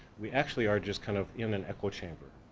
we actually are just kind of in an aqua chamber.